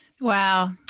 Wow